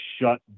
shut